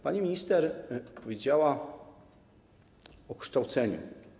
Pani minister powiedziała o kształceniu.